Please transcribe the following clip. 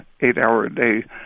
eight-hour-a-day